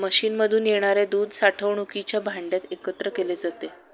मशीनमधून येणारे दूध साठवणुकीच्या भांड्यात एकत्र केले जाते